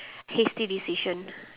hasty decision